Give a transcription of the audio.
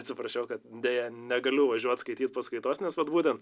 atsiprašiau kad deja negaliu važiuot skaityt paskaitos nes vat būtent